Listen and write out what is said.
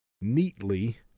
neatly